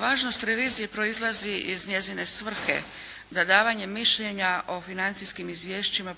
Važnost revizije proizlazi iz njezine svrhe da davanje mišljenje o financijskim izvješćima